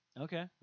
Okay